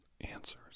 answers